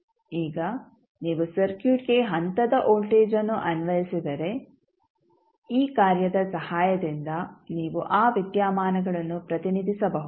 ಈಗ ನೀವು ಸರ್ಕ್ಯೂಟ್ಗೆ ಹಂತದ ವೋಲ್ಟೇಜ್ಅನ್ನು ಅನ್ವಯಿಸಿದರೆ ಈ ಕಾರ್ಯದ ಸಹಾಯದಿಂದ ನೀವು ಆ ವಿದ್ಯಮಾನಗಳನ್ನು ಪ್ರತಿನಿಧಿಸಬಹುದು